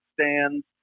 stands